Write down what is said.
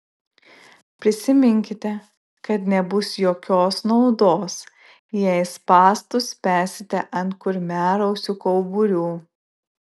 prisiminkite kad nebus jokios naudos jei spąstus spęsite ant kurmiarausių kauburių